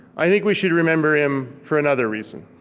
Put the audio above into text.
i think we should remember him for another reason.